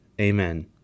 Amen